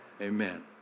Amen